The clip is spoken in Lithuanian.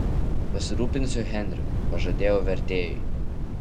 pasirūpinsiu henriu pažadėjau vertėjui